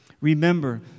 Remember